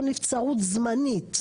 או נצברות זמנית?